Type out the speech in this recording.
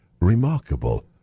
remarkable